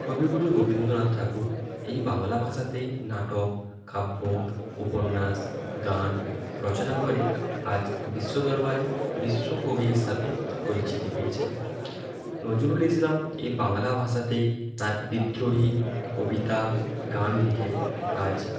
কবিগুরু রবীন্দ্রনাথ ঠাকুর এই বাংলা ভাষাতেই নাটক কাব্য উপন্যাস গান রচনা করে আজ বিশ্ব দরবারে বিশ্বকবি হিসাবে পরিচিতি পেয়েছেন নজরুল ইসলাম এই বাংলা ভাষাতেই তার বিদ্রোহী কবিতা গান লিখে আজ